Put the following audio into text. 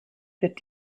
wird